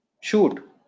Shoot